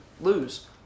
lose